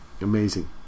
amazing